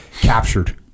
captured